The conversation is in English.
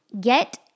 Get